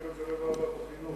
להעביר לוועדת החינוך.